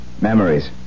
memories